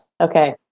Okay